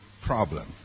problem